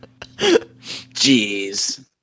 Jeez